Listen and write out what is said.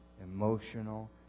emotional